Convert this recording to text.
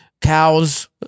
cows